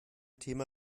thema